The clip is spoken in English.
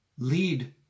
lead